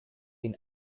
been